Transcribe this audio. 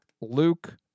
Luke